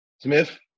Smith